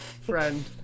Friend